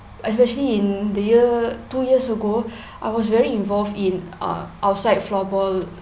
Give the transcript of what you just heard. especially in the year two years ago I was very involved in uh outside floorball